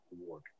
Award